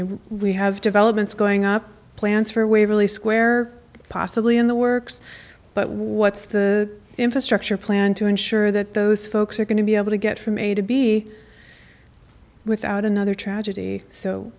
know we have developments going up plans for waverly square possibly in the works but what's the infrastructure plan to ensure that those folks are going to be able to get from a to b without another tragedy so